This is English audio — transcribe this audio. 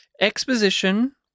exposition